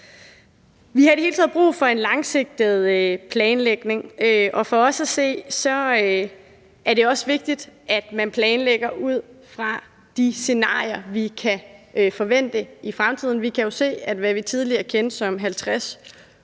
Vi har i det hele taget brug for en langsigtet planlægning og for os at se, er det også vigtigt, at man planlægger ud fra de scenarier, vi kan forvente i fremtiden. Vi kan jo se, at det, vi tidligere kendte som 20-, 50- og